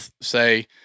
say